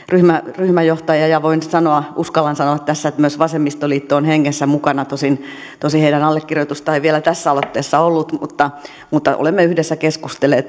ryhmäjohtaja ja voin sanoa uskallan sanoa tässä että myös vasemmistoliitto on hengessä mukana tosin tosin heidän allekirjoitustaan ei vielä tässä aloitteessa ollut mutta mutta olemme yhdessä keskustelleet